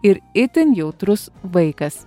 ir itin jautrus vaikas